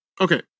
Okay